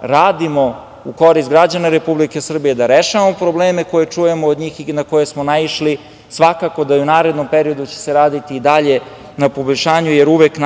da radimo u korist građana Republike Srbije, da rešavamo probleme koje čujemo od njih i na koje smo naišli. Svakako da i u narednom periodu će se raditi i dalje na poboljšanju, jer uvek,